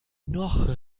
noch